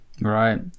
Right